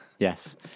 Yes